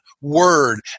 word